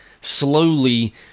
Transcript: slowly